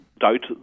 doubt